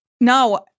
No